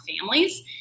families